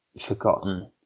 forgotten